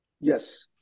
Yes